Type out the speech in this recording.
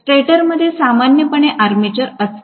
स्टेटरमध्ये सामान्यपणे आर्मेचर असते